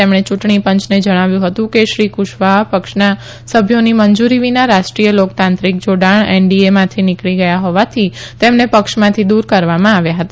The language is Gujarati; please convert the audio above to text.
તેમણે યુંટણી પંચને જણાવ્યું હતું કે શ્રી કુશવાહા પક્ષના સભ્યોની મંજુરી વિના રાષ્ટ્રીય લોકતાંત્રિક જાડાણ એનડીએમાંથી નીકળી ગયા હોવાથી તેમને પક્ષમાંથી દુર કરવામાં આવ્યા હતા